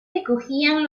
recogían